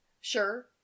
sure